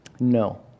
No